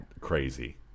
crazy